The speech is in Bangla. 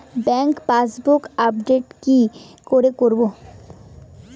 ব্যাংক পাসবুক আপডেট কি করে করবো?